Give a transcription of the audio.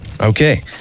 Okay